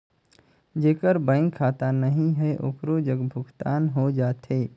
जेकर बैंक खाता नहीं है ओकरो जग भुगतान हो जाथे?